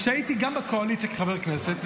כשהייתי גם בקואליציה כחבר כנסת,